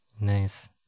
nice